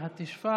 יש להם אפשרות,